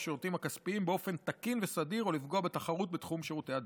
השירותים הכספיים באופן תקין וסדיר או לפגוע בתחרות בתחום שירותי הדואר.